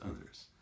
others